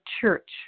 church